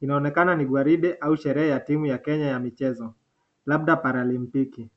inaonekana ni gwaride au sherehe ya timu ya Kenya mchezo labda paralimpiki.